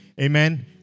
Amen